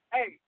Hey